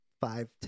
five